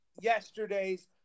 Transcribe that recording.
yesterday's